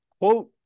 quote